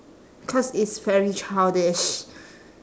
cause it's very childish